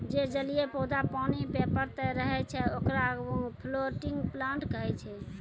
जे जलीय पौधा पानी पे तैरतें रहै छै, ओकरा फ्लोटिंग प्लांट कहै छै